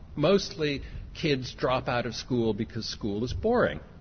mostly kids drop out of school because school is boring,